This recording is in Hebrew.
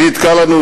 מי יתקע לידנו